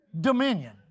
dominion